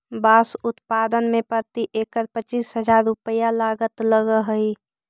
बाँस उत्पादन में प्रति एकड़ पच्चीस हजार रुपया लागत लगऽ हइ